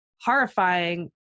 horrifying